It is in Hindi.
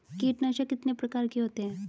कीटनाशक कितने प्रकार के होते हैं?